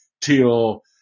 till